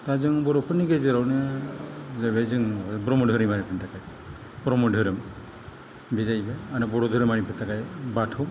दा जों बर'फोरनि गेजेरावनो जाहैबाय ब्रह्म धोरोमारिफोरनि थाखाय ब्रह्म धोरोम बे जाहैबाय आरो बर' धोरोमारिफोरनि थाखाय बाथौ